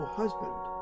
husband